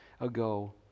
ago